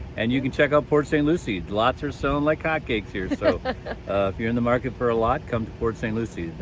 and you can check out port st. lucy, lots are selling so and like hotcakes here. so if you're in the market for a lot, come to port st. lucy,